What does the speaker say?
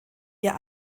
ihr